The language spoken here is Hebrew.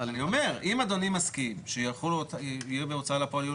אני אומר שאם אדוני מסכים שבהוצאה לפועל יהיו